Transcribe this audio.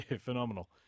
phenomenal